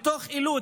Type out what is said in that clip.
מתוך אילוץ,